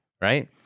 Right